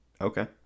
Okay